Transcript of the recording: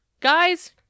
guys